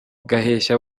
gaheshyi